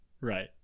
right